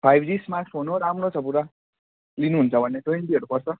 five G smartphone हो राम्रो छ पुरा लिनुहुन्छ भने ट्वेन्टीहरू पर्छ